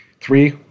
Three